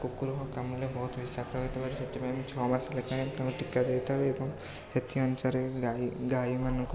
କୁକୁର କାମୁଡ଼ିଲେ ବହୁତ ବିଷାକ୍ତ ହୋଇଥିବାରୁ ସେଥିପାଇଁ ମୁଁ ଛଅ ମାସରେ ତାଙ୍କୁ ଟୀକା ଦେଇଥାଉ ଏବଂ ସେଥି ଅନୁସାରେ ଗାଈ ଗାଈମାନଙ୍କୁ